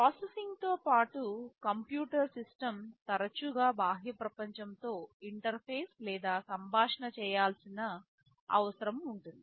ప్రాసెసింగ్తో పాటు computer system తరచుగా బాహ్య ప్రపంచం తో ఇంటర్ఫేస్ లేదా సంభాషణ చేయాల్సిన అవసరం ఉంటుంది